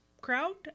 crowd